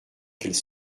qu’elle